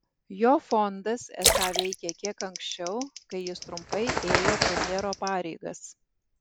jo fondas esą veikė kiek anksčiau kai jis trumpai ėjo premjero pareigas